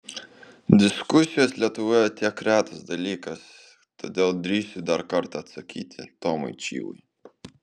diskusijos lietuvoje tiek retas dalykas todėl drįsiu dar kartą atsakyti tomui čyvui